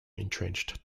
entrenched